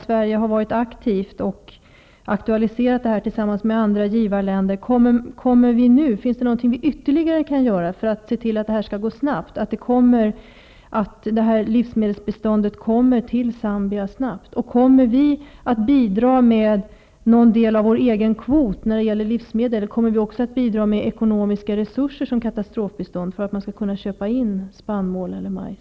Sverige har varit aktivt och tillsammans med andra länder aktualiserat hjälp. Men finns det någonting som Sverige kan göra ytterligare för att se till att livsmedelsbiståndet kommer Zambia till del snabbt? Kommer vi att bidra med någon del av vår egen kvot när det gäller livsmedel? Kommer vi att bidra med ekonomisk hjälp, t.ex. katastrofbi stånd, för att Zambia skall kunna köpa spannmål eller majs?